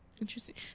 Interesting